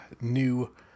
new